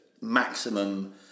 maximum